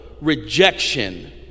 rejection